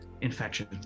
infection